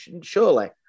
surely